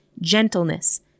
gentleness